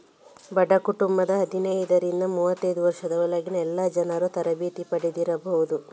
ಬಡ ಕುಟುಂಬದ ಹದಿನೈದರಿಂದ ಮೂವತ್ತೈದು ವರ್ಷದ ಒಳಗಿನ ಎಲ್ಲಾ ಜನರೂ ತರಬೇತಿ ಪಡೀಬಹುದು